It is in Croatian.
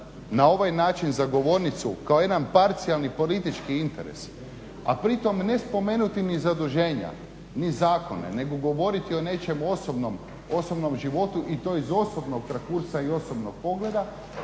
na ovaj način za govornicu kao jedan parcijalni politički interes a pri tome ne spomenuti ni zaduženja, ni zakone nego govoriti o nečem osobnom, osobnom životu i to iz osobnog rakursa i osobnog pogleda